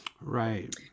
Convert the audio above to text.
right